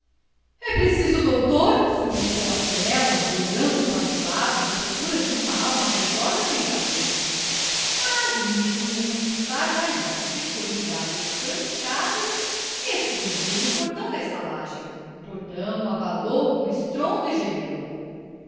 é preciso o doutor suplicou aquela olhando para os lados à procura de uma alma caridosa que lhe valesse mas nisto um estardalhaço de formidáveis pranchadas estrugiu no portão da estalagem o portão abalou com estrondo e gemeu